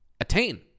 attain